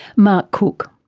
mark cook.